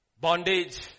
bondage